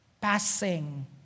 passing